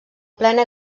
plena